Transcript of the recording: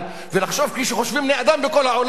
ולחשוב כפי שחושבים בני-אדם בכל העולם,